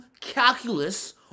calculus